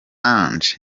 ange